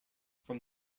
from